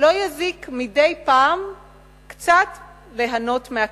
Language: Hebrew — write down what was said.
לא יזיק מדי פעם קצת ליהנות מהכלום.